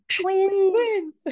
twins